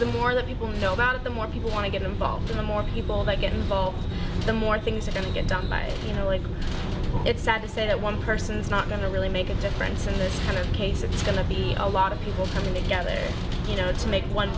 the more that people know about it the more people want to get involved in the more people that get involved the more things are going to get done by you know like it's sad to say that one person's not going to really make a difference in this case it's going to be a lot of people coming together you know to make one